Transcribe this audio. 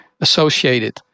associated